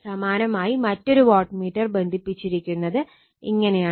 സമാനമായി മറ്റൊരു watt meter ബന്ധിപ്പിച്ചിരിക്കുന്നത് ഇങ്ങനെയാണ്